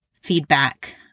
feedback